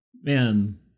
man